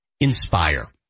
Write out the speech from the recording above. Inspire